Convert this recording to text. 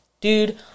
dude